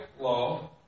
law